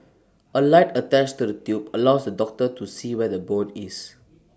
A light attached to the tube allows the doctor to see where the bone is